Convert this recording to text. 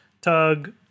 Tug